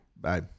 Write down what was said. Bye